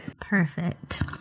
Perfect